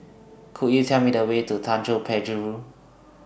Could YOU Tell Me The Way to Tanjong Penjuru